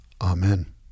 Amen